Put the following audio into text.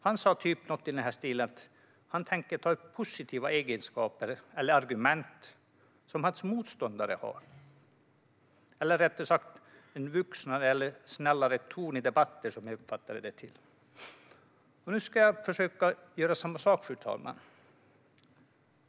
Han sa något i stil med att han tänker ta upp positiva egenskaper eller argument som hans motståndare har. Rättare sagt: Han efterlyste en vuxnare eller snällare ton i debatter, som jag uppfattade det. Nu ska jag försöka göra samma sak, fru talman.